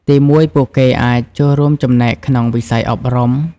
ទីមួយ ពួកគេអាចចូលរួមចំណែកក្នុងវិស័យអប់រំ។